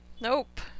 nope